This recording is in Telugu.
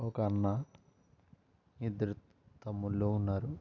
ఒక అన్న ఇద్దరు తమ్ముళ్లు ఉన్నారు